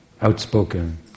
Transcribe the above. outspoken